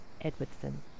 edwardson